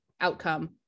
outcome